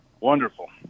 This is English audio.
Wonderful